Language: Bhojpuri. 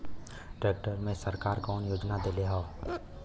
ट्रैक्टर मे सरकार कवन योजना देले हैं?